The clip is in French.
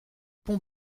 pont